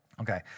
Okay